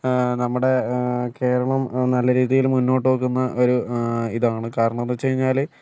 നമ്മുടെ കേരളം നല്ല രീതിയിൽ മുന്നോട്ട് പോകുന്ന ഒരു ഇതാണ് കാരണം എന്താണെന്നുവെച്ചുകഴിഞ്ഞാൽ